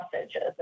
messages